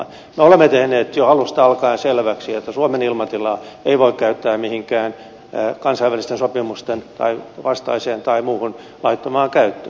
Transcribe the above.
me olemme tehneet jo alusta alkaen selväksi että suomen ilmatilaa ei voi käyttää mihinkään kansainvälisten sopimusten vastaiseen tai muuhun laittomaan käyttöön